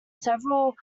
several